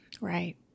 Right